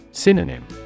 Synonym